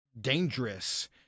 dangerous